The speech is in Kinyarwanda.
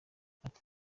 ati